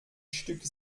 stück